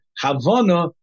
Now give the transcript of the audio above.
havana